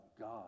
God